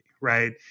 right